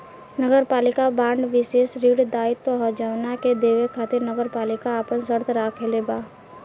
नगरपालिका बांड विशेष ऋण दायित्व ह जवना के देवे खातिर नगरपालिका आपन शर्त राखले बा